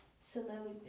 celebrity